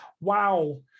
Wow